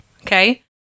Okay